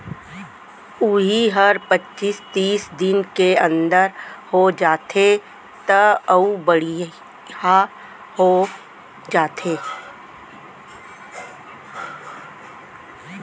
उही हर पचीस तीस दिन के अंदर हो जाथे त अउ बड़िहा हो जाथे